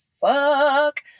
fuck